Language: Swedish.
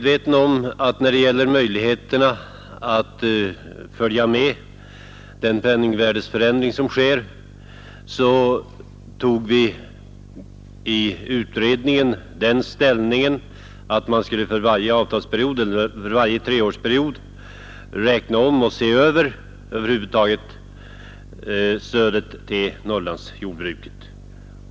Vad beträffar möjligheterna att följa med den penningvärdeförändring som sker tog vi i utredningen den ställningen att man skulle för varje treårsperiod se över stödet till Norrlandsjordbruket.